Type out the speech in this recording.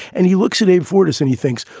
and he looks at a fortas and he thinks,